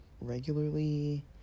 regularly